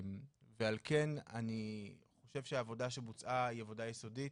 ועל כן אני חושב שהעבודה שבוצעה היא עבודה יסודית.